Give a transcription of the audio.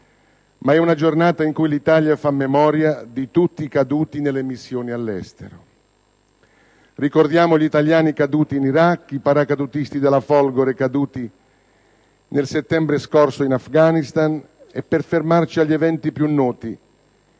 ma è una giornata in cui l'Italia fa memoria di tutti i caduti nelle missioni all'estero. Ricordiamo gli italiani caduti in Iraq, i paracadutisti della Folgore caduti nel settembre scorso in Afghanistan e, per fermarci agli eventi più noti,